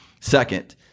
Second